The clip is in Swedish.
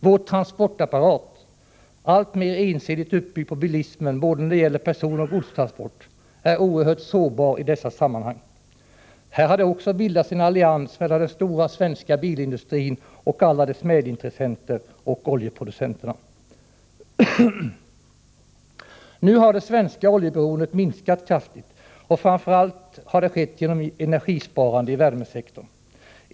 Vår transportapparat, alltmer ensidigt uppbyggd på bilismen när det gäller både personoch godstransporter, är oerhört sårbar i dessa sammanhang. Här har det också bildats en allians mellan den stora svenska bilindustrin och alla dess medintressenter å ena sidan och oljeproducenterna å andra sidan. Nu har det svenska oljeberoendet minskat kraftigt. Framför allt har det varit möjligt genom energisparande inom värmesektorn.